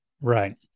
Right